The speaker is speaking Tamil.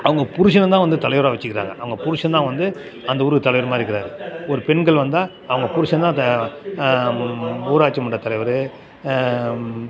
அவங்க புருஷனை தான் வந்து தலைவராக வச்சுக்கிறாங்க அவங்க புருஷன் தான் வந்து அந்த ஊருக்கு தலைவர் மாதிரி இருக்கிறாரு ஒரு பெண்கள் வந்தால் அவங்க புருஷன் தான் த ஊராட்சி மன்ற தலைவர்